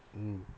mm